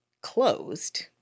closed